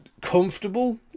comfortable